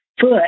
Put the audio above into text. foot